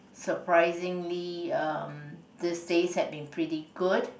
surprisingly um these days had been pretty good